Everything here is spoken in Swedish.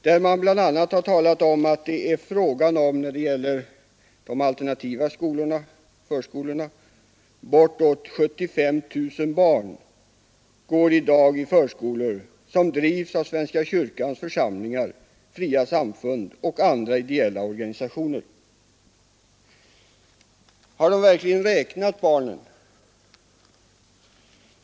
Där har det bl.a. talats om när det gäller de alternativa förskolorna att bortåt 75 000 barn i dag går i förskolor som drivs av svenska kyrkans församlingar, fria samfund och andra ideella organisationer. Har de verkligen räknat barnen?